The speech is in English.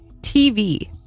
TV